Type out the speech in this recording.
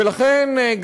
ולכן,